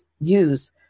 use